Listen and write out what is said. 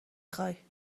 خوای